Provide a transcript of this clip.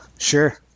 sure